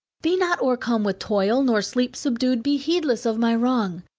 be not o'ercome with toil, nor sleep-subdued, be heedless of my wrong.